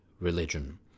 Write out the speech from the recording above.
religion